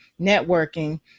networking